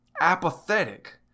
apathetic